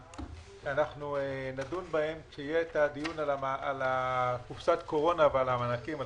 שאנחנו נדון בהם כשיהיה את הדיון על קופסת קורונה ועל המענקים,